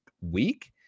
week